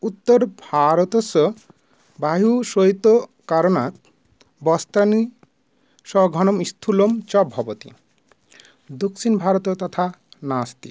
उत्तरभारतस्य वायुः शैत्यकारणात् वस्त्राणि सघनं स्थूलं च भवति दक्षिणभारते तथा नास्ति